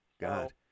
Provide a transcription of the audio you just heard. God